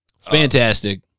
Fantastic